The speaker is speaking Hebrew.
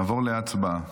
נעבור להצבעה.